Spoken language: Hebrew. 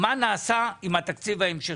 מה נעשה עם התקציב ההמשכי,